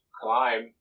climb